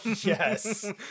yes